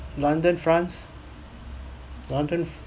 london france london